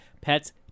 Pets